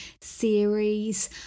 series